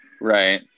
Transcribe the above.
Right